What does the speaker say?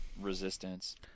Resistance